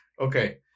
okay